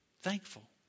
Thankful